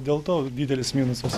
dėl to didelis minusas